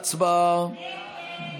הצבעה.